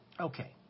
Okay